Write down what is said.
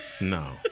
no